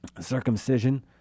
circumcision